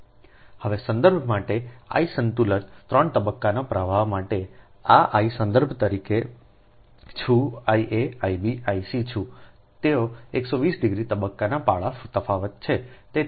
હવે સંદર્ભ માટે I સંતુલન 3 તબક્કાના પ્રવાહો માટે આ I સંદર્ભ તરીકે છું I a I b I c છું તેઓ 120 ડિગ્રી તબક્કાના પાળી તફાવત છે